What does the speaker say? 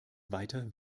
weiter